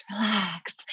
relax